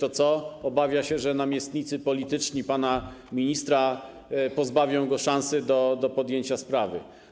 Obawia się, że namiestnicy polityczni pana ministra pozbawią go szansy do podjęcia sprawy.